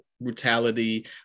brutality